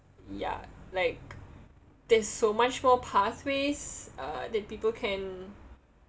ya like there's so much more pathways uh that people can